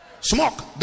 smoke